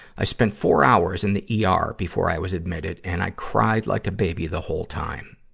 i spent four hours in the yeah ah er before i was admitted, and i cried like a baby the whole time.